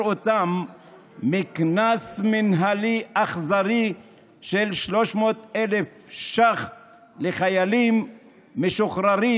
אותם מקנס מינהלי אכזרי של 300,000 שקל לחיילים משוחררים.